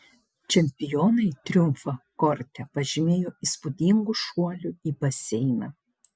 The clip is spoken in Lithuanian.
čempionai triumfą korte pažymėjo įspūdingu šuoliu į baseiną